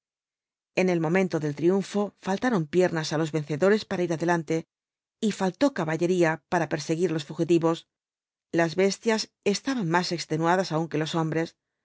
en el momento del triunfo faltaron piernas á los vencedores para ir adelante y faltó caballería para perseguir á los fugitivos las bestias estaban más extenuadas aún que los hombres